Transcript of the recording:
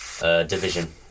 Division